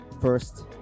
first